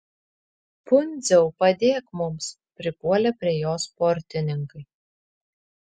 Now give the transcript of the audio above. pundziau padėk mums pripuolė prie jo sportininkai